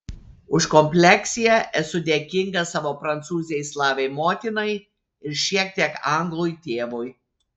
už kompleksiją esu dėkingas savo prancūzei slavei motinai ir šiek tiek anglui tėvui